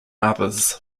others